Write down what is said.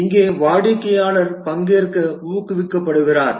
இங்கே வாடிக்கையாளர் பங்கேற்க ஊக்குவிக்கப்படுகிறார்